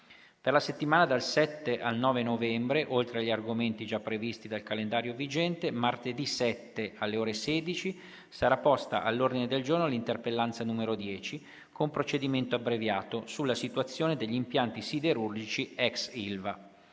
Per la settimana dal 7 al 9 novembre, oltre agli argomenti già previsti dal calendario vigente, martedì 7, alle ore 16, sarà posta all'ordine del giorno l'interpellanza n. 10, con procedimento abbreviato, sulla situazione degli impianti siderurgici ex ILVA.